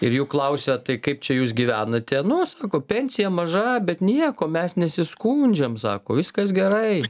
ir jų klausia tai kaip čia jūs gyvenate nu sako pensija maža bet nieko mes nesiskundžiam sako viskas gerai